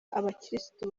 abakirisitu